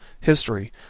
history